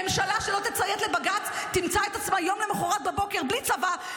ממשלה שלא תציית לבג"ץ תמצא את עצמה יום למחרת בבוקר בלי צבא,